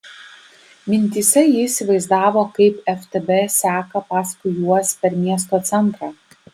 mintyse ji įsivaizdavo kaip ftb seka paskui juos per miesto centrą